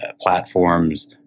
platforms